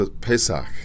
Pesach